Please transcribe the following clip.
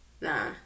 Nah